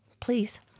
please